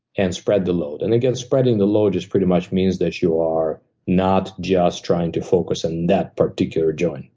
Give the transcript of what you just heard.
and spread the load. and again, spreading the load just pretty much means that you are not just trying to focus on and that particular joint.